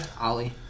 Ollie